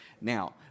Now